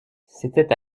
c’était